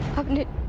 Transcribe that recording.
open it.